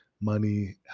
money